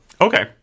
Okay